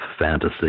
fantasy